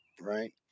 right